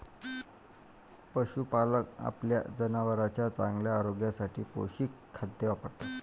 पशुपालक आपल्या जनावरांच्या चांगल्या आरोग्यासाठी पौष्टिक खाद्य वापरतात